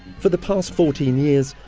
for the past fourteen years,